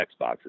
Xboxes